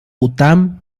putnam